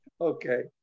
Okay